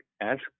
ask